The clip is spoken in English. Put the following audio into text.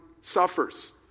suffers